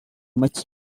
much